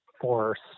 force